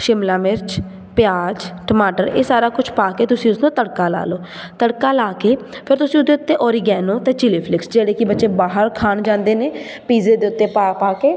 ਸ਼ਿਮਲਾ ਮਿਰਚ ਪਿਆਜ ਟਮਾਟਰ ਇਹ ਸਾਰਾ ਕੁਛ ਪਾ ਕੇ ਤੁਸੀਂ ਉਸਨੂੰ ਤੜਕਾ ਲਾ ਲਉ ਤੜਕਾ ਲਾ ਕੇ ਫਿਰ ਤੁਸੀਂ ਉਹਦੇ ਉੱਤੇ ਔਰੀਗੈਨੋ ਅਤੇ ਚਿਲੀ ਫਲਿਕਸ ਜਿਹੜੇ ਕਿ ਬੱਚੇ ਬਾਹਰ ਖਾਣ ਜਾਂਦੇ ਨੇ ਪੀਜ਼ੇ ਦੇ ਉੱਤੇ ਪਾ ਪਾ ਕੇ